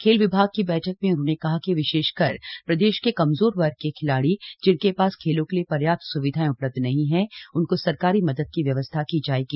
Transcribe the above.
खेल विभाग की बैठक में उन्होंने कहा कि विशेषकर प्रदेश के कमजोर वर्ग के खिलाड़ी जिनके पास खेलों के लिए पर्याप्त स्विधाएं उपलब्ध नहीं हैं उनको सरकारी मदद की व्यवस्था की जायेगी